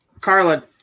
Carla